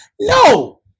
No